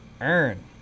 earn